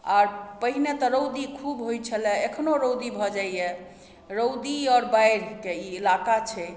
आओर पहिने तऽ रउदी खूब होइत छले एखनो रउदी भऽ जाइए रउदी आओर बाढ़िके ई इलाका छै